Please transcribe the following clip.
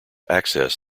access